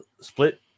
split